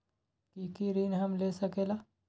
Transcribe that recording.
की की ऋण हम ले सकेला?